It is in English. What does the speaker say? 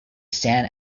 san